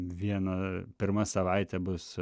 viena pirma savaitė bus